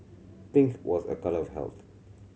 pink was a colour of health